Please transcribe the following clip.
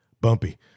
bumpy